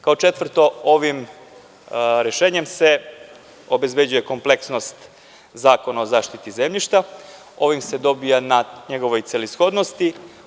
Kao četvrto, ovim rešenjem se obezbeđuje kompleksnost Zakona o zaštiti zemljišta, ovim se dobija na njegovoj celishodnosti.